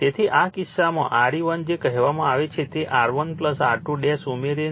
તેથી આ કિસ્સામાં RE1 જે કહેવામાં આવે છે તે R1 R2 ઉમેરોને 5